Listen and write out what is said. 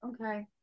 Okay